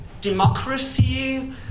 democracy